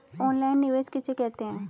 Online निवेश किसे कहते हैं?